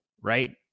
right